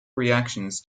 reactions